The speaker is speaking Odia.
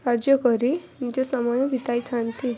କାର୍ଯ୍ୟ କରି ନିଜ ସମୟ ବିତାଇଥାନ୍ତି